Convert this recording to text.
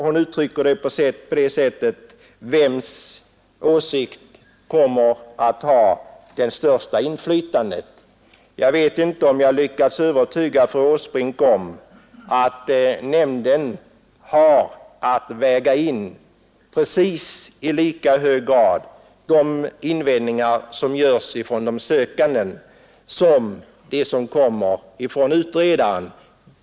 Hon uttrycker det så: Vems åsikt kommer att ha det största inflytandet? Jag vet inte om jag lyckats övertyga fru Åsbrink, men nämnden har att väga in i precis lika hög grad de invändningar som görs från den sökande som de som kommer från utredaren.